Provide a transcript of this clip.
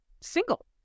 single